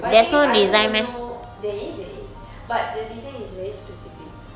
but the thing is I also don't know there is there is but the design is very specific